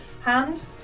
hand